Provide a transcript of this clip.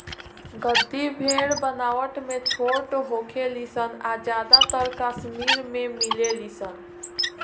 गद्दी भेड़ बनावट में छोट होखे ली सन आ ज्यादातर कश्मीर में मिलेली सन